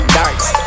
darts